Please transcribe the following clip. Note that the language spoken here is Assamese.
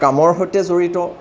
কামৰ সৈতে জড়িত